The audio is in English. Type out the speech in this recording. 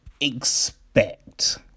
Expect